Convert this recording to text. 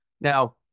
Now